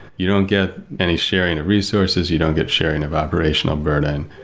you don't get any sharing of resources. you don't get sharing of operational burden,